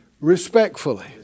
Respectfully